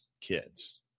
kids